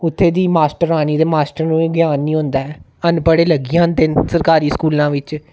उत्थें दी मास्टरआनी ते मास्टर ने ज्ञान नी होंदा ऐ अनपढ़े लग्गी जंदे न सरकारी स्कूलां बिच्च